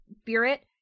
spirit